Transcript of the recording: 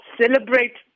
celebrate